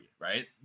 right